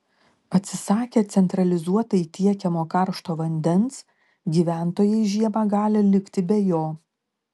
atsisakę centralizuotai tiekiamo karšto vandens gyventojai žiemą gali likti be jo